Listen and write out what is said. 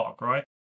right